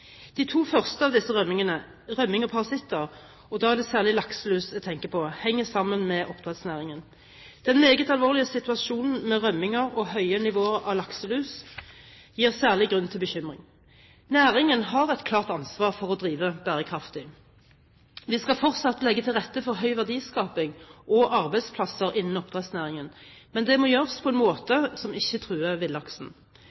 De to første av disse, rømming og parasitter – og da er det særlig lakselus jeg tenker på – henger sammen med oppdrettsnæringen. Den meget alvorlige situasjonen med rømminger og høye nivåer av lakselus gir særlig grunn til bekymring. Næringen har et klart ansvar for å drive bærekraftig. Vi skal fortsatt legge til rette for høy verdiskaping og arbeidsplasser innen oppdrettsnæringen, men det må gjøres på en